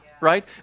Right